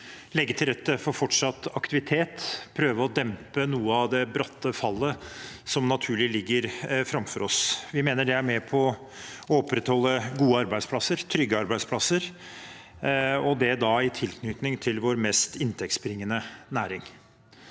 legge til rette for fortsatt aktivitet og prøve å dempe noe av det bratte fallet som naturlig ligger framfor oss. Vi mener det er med på å opprettholde gode og trygge arbeidsplasser, og det da i tilknytning til vår mest inntektsbringende næring.